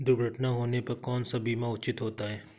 दुर्घटना होने पर कौन सा बीमा उचित होता है?